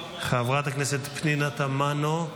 חברת הכנסת פנינה תמנו,